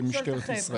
במשטרת ישראל.